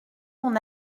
mon